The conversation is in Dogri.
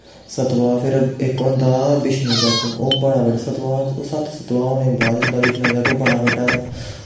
सतवाह् फिर इक होंदा बिशनू जग ओह् बड़ा बड्डा सतवाह् ओह् सत्त सतबाह् होने बाद होंदा बिशनू जग बड़ा बड्डा